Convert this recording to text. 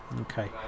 okay